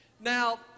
Now